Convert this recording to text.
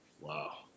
Wow